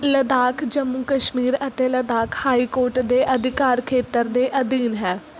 ਲੱਦਾਖ ਜੰਮੂ ਕਸ਼ਮੀਰ ਅਤੇ Ladakh high court ਦੇ ਅਧਿਕਾਰ ਖੇਤਰ ਦੇ ਅਧੀਨ ਹੈ